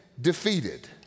defeated